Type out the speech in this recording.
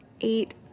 eight